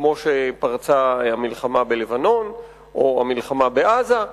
כמו שפרצה המלחמה בלבנון או המלחמה בעזה,